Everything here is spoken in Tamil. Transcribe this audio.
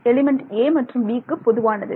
எலிமெண்ட் a மற்றும் b க்கு பொதுவானது